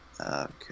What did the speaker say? Okay